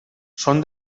són